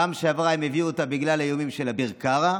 בפעם שעברה הם הביאו אותה בגלל איומים של אביר קארה,